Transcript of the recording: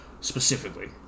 specifically